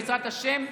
בעזרת השם,